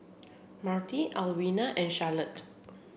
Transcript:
Marti Alwina and Charolette